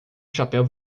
chapéu